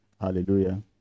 Hallelujah